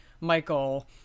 Michael